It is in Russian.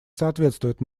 соответствует